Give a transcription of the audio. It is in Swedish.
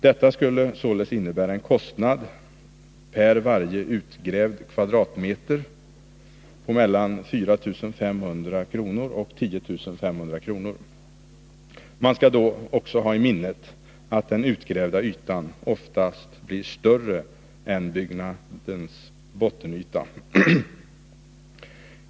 Detta skulle innebära en kostnad för varje utgrävd kvadratmeter på mellan 4 500 och 10 500 kr. Man skall då ha i minnet att den utgrävda ytan oftast blir större än byggnadens bottenyta.